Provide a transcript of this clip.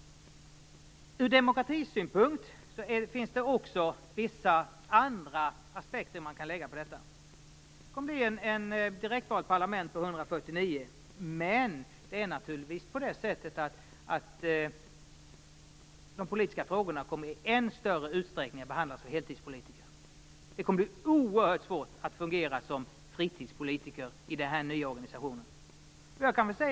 Ur demokratisynpunkt finns det också vissa andra aspekter man kan lägga på detta. Det kommer att bli ett direktvalt parlament med 149 platser. Men naturligtvis kommer de politiska frågorna att i än större utsträckning behandlas av heltidspolitiker. Det kommer att bli oerhört svårt att fungera som fritidspolitiker i den nya organisationen.